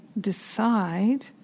decide